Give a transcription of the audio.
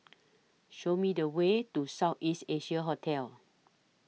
Show Me The Way to South East Asia Hotel